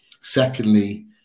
Secondly